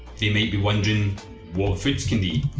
they may be wondering what fridge can be